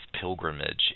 pilgrimage